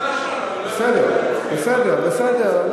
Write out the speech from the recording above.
בסדר, בסדר, בסדר.